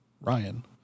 Ryan